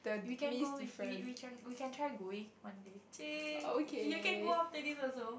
we can go we we we we can try going one day !chey! you can go after this also